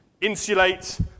insulate